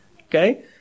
Okay